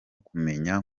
kumenyana